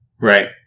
Right